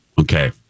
Okay